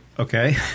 Okay